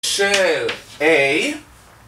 ש... a